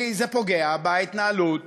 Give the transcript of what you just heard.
כי זה פוגע בהתנהלות